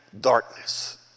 darkness